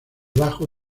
bajo